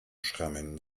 schrammen